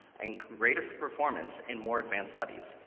and greater performance in more advanced studies.